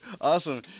Awesome